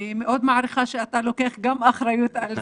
אני מאוד מעריכה שאתה לוקח גם אחריות על זה.